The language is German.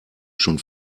schon